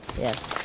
Yes